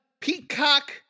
Peacock